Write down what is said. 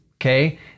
okay